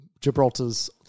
Gibraltar's